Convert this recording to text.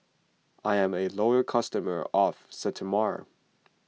I'm a loyal customer of Sterimar